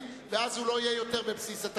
ואז הוא לא יהיה יותר בבסיס התקציב.